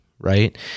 right